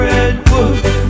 Redwood